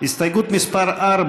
הסתייגות מס' 4,